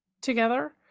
together